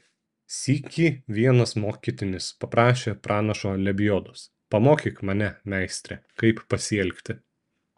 sykį vienas mokytinis paprašė pranašo lebiodos pamokyk mane meistre kaip pasielgti